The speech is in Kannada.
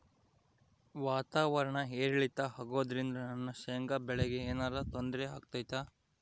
ವಾತಾವರಣ ಏರಿಳಿತ ಅಗೋದ್ರಿಂದ ನನ್ನ ಶೇಂಗಾ ಬೆಳೆಗೆ ಏನರ ತೊಂದ್ರೆ ಆಗ್ತೈತಾ?